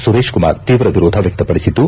ಸುರೇಶ್ ಕುಮಾರ್ ತೀವ್ರ ವಿರೋಧ ವ್ಯಕ್ಷಪಡಿಸಿದ್ದು